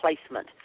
placement